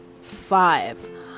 five